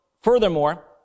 furthermore